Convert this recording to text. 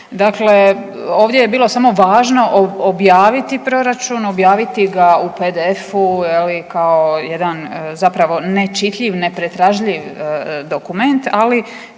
dakle ovdje je bilo samo važno objaviti proračun, objaviti ga u PDF-u kao jedan zapravo nečitljiv, nepretražljiv dokument